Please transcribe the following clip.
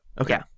Okay